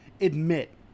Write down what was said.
admit